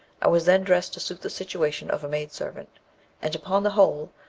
i was then dressed to suit the situation of a maid-servant and upon the whole,